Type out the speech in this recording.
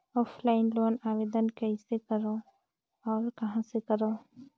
Offline loan आवेदन कइसे करो और कहाँ करो?